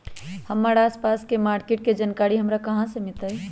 हमर आसपास के मार्किट के जानकारी हमरा कहाँ से मिताई?